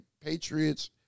patriots